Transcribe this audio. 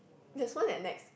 there's one at Nex